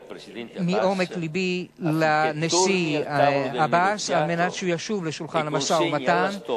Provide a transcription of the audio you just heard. מעומק לבי ליושב-ראש עבאס על מנת שישוב לשולחן המשא-ומתן